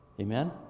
Amen